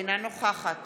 אינה נוכחת